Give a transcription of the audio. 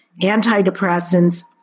antidepressants